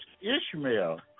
ishmael